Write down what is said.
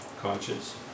conscience